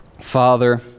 Father